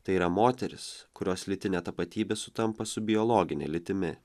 tai yra moteris kurios lytinė tapatybė sutampa su biologine lytimi